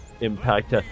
impact